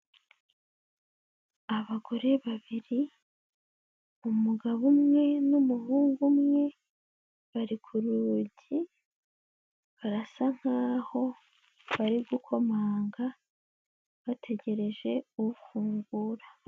Abagore babiri, umugabo umwe n'umuhungu umwe, bari ku rugi, barasa nk'aho bari gukomanga bategereje ufungura.